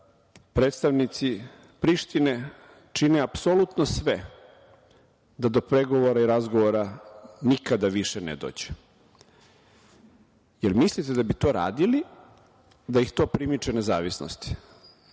predstavnici Prištine čini apsolutno sve da do pregovora i razgovora nikada više ne dođe. Da li mislite da bi to radili da ih to primiče nezavisnosti?